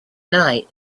night